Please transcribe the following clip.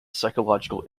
psychological